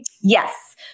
Yes